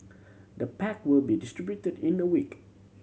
the pack will be distributed in a week